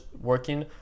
working